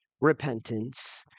repentance